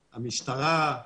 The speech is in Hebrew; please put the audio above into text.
המשטרה,